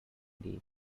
deep